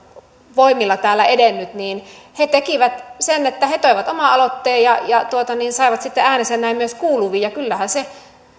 voimillamme täällä edennyt he tekivät sen että he toivat oman aloitteen ja ja saivat sitten äänensä näin myös kuuluviin ja kyllähän se